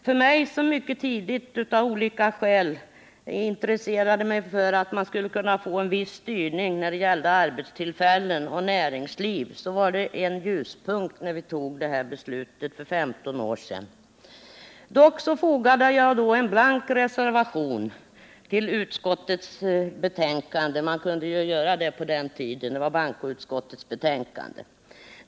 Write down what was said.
För mig, som av olika skäl mycket tidigt intresserade mig för att det skulle vara en viss styrning när det gäller arbetstillfällen och näringsliv, var det en ljuspunkt när vi fattade detta beslut för 15 år sedan. Jag fogade dock en blank reservation — man kunde göra det på den tiden — till bankoutskottets betänkande.